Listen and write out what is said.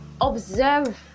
observe